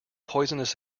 poisonous